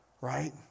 right